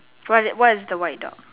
what is what is the white dog